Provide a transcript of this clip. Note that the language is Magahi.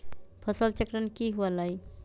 फसल चक्रण की हुआ लाई?